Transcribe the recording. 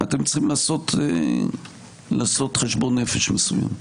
שאתם צריכים לעשות חשבון נפש מסוים,